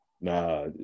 Nah